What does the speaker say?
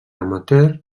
amateur